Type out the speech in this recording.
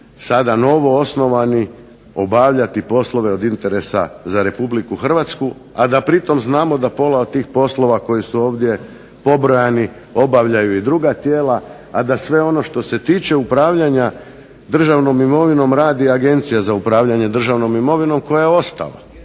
sada novoosnovani obavljati poslove od interesa za Republiku Hrvatsku, a da pri tom znamo da pola od tih poslova koji su ovdje pobrojani obavljaju i druga tijela, a da sve ono što se tiče upravljanja državnom imovinom radi Agencija za upravljanje državnom imovinom koja je ostala